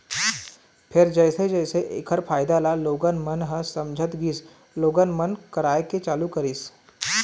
फेर जइसे जइसे ऐखर फायदा ल लोगन मन ह समझत गिस लोगन मन कराए के चालू करिस